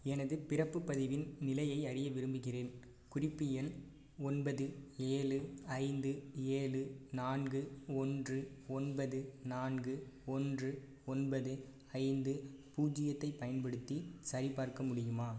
எனது பிறப்பு பதிவின் நிலையை அறிய விரும்புகிறேன் குறிப்பு எண் ஒன்பது ஏழு ஐந்து ஏழு நான்கு ஒன்று ஒன்பது நான்கு ஒன்று ஒன்பது ஐந்து பூஜ்ஜியத்தை பயன்படுத்தி சரிபார்க்க முடியுமா